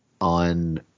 on